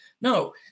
No